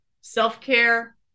self-care